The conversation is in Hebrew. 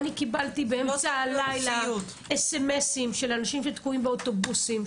קיבלתי באמצע הלילה סמסים של אנשים שתקועים באוטובוסים,